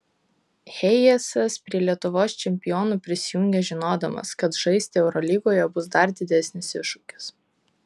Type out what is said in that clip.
hayesas prie lietuvos čempionų prisijungė žinodamas kad žaisti eurolygoje bus dar didesnis iššūkis